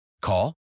Call